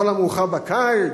לכל המאוחר בקיץ.